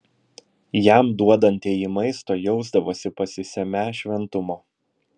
jam duodantieji maisto jausdavosi pasisemią šventumo